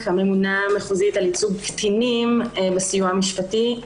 הממונה המחוזית על ייצוג קטינים בסיוע המשפטי.